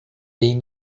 bem